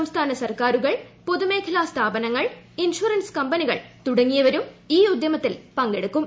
സംസ്ഥാന സർക്കാരുകൾ പൊതുമേഖലാ സ്ഥാപനങ്ങൾ ഇൻഷുറൻസ് കമ്പനികൾ തുടങ്ങിയവരും ഈ ഉദ്യമത്തിൽ പങ്കെടുക്കും